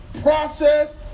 process